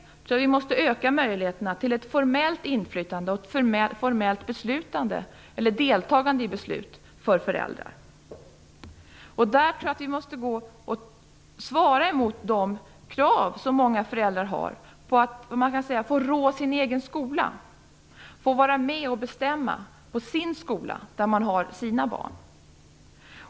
Vi måste öka möjligheterna till formellt inflytande och beslutande eller deltagande i beslut för föräldrar. Därvid tror jag att vi måste svara emot de krav som många föräldrar har på att få rå sin egen skola, få vara med och bestämma på sin skola, där man har sina barn.